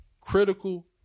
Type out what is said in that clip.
Critical